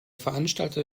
veranstalter